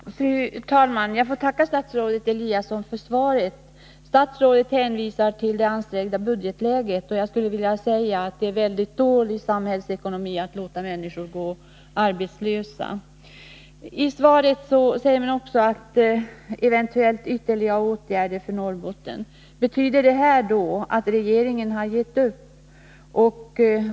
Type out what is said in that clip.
Fru talman! Jag får tacka statsrådet Eliasson för svaret. Statsrådet hänvisar till det ansträngda budgetläget. Jag skulle vilja säga att det är väldigt dålig samhällsekonomi att låta människor gå arbetslösa. I sitt svar talar statsrådet också om ”eventuella ytterligare åtgärder för Norrbotten”. Betyder det att regeringen har gett upp?